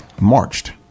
marched